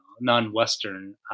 non-Western